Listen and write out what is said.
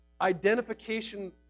identification